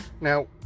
Now